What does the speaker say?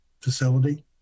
facility